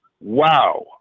Wow